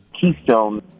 Keystone